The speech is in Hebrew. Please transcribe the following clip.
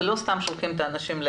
לא סתם שולחים אנשים.